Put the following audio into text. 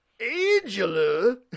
Angela